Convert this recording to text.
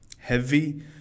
heavy